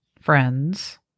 friends